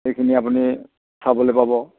সেইখিনি আপুনি চাবলৈ পাব